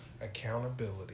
Accountability